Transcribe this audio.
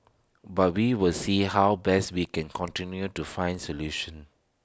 but we will see how best we can continue to find solutions